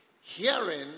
Hearing